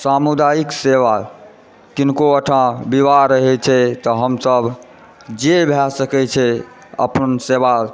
सामुदायिक सेवा किनको ओहिठाम विवाह रहैत छै तऽ हमसभ जे भए सकैत छै अपन सेवा